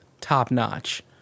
top-notch